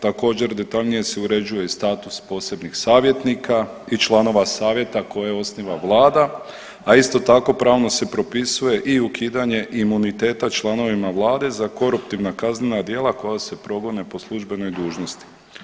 Također detaljnije se uređuje i status posebnih savjetnika i članova savjeta koje osniva vlada, a isto tako pravno se propisuje i ukidanje imuniteta članovima vlade za koruptivna kaznena djela koja se progone po službenoj dužnosti.